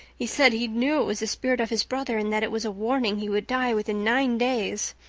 he said he knew it was the spirit of his brother and that it was a warning he would die within nine days.